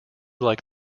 like